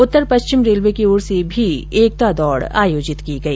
उत्तर पश्चिम रेलवे की ओर से भी एकता दौड़ आयोजित की गई